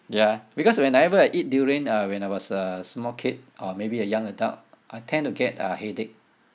ya because whenever I eat durian uh when I was a small kid or maybe a young adult I tend to get uh headache